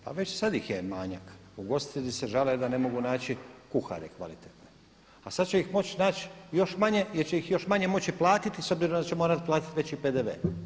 Pa već sada ih je manjak, ugostitelji se žale da ne mogu naći kuhare kvalitetne, a sada će ih moći naći još manje jer će ih još manje moći platiti s obzirom da će morati platiti veći PDV.